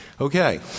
Okay